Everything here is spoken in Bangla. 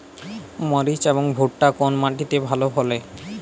মরিচ এবং ভুট্টা কোন মাটি তে ভালো ফলে?